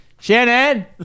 Shannon